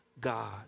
God